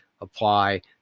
apply